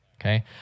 Okay